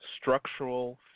structural